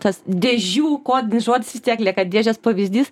tas dėžių kodinis žodis vis tiek lieka dėžės pavyzdys